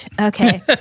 Okay